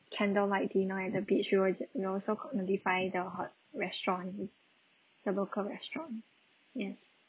candlelight dinner at the beach you we will we also notify their hot~ restaurant the local restaurant yes